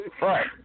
Right